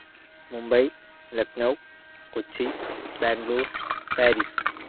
Mumbai Lucknow Kochi Bangalore Paris